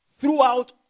Throughout